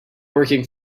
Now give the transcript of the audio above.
working